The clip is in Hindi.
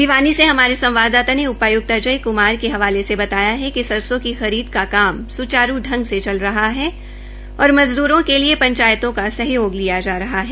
भिवानी से हमारे संवाददाता ने उपायुक्त अजय क्मार के हवाले से बताया हैकि कि सरसों की खरीद का सुचारू ढंग से चल रहा है और मज़दूरों के लिए पंचायतों का सहयोग लिया जा रहा है